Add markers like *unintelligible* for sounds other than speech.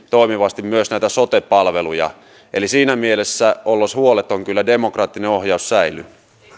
*unintelligible* toimivasti myös näitä sote palveluja eli siinä mielessä ollos huoleton kyllä demokraattinen ohjaus säilyy